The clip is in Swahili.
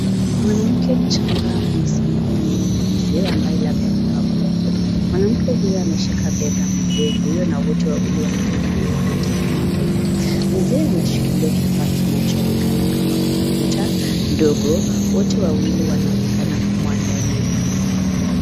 mwanamke mchanga amesimama nyuma ya mzee ambaye labda ni babu yake, mwanamke ameshika bega mzee huyo na wote wawili wanaonekana wanatazama mbele, mzee anashikilia kifaa kinachoonekana kama kompyuta ndogo, wote wawili wanaonekana kuwa ndani ya nyumba